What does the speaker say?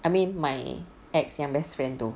I mean my ex yang best friend tu